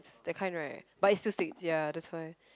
that kind right but it still stick ya that's why